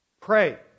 pray